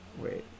Wait